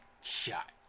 shot